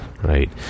right